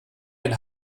ein